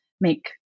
make